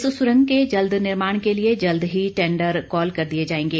इस सुरंग के जल्द निर्माण के लिए जल्द ही टेंडर कॉल कर दिए जाएंगे